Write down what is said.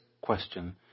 question